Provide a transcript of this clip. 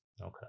Okay